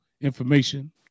information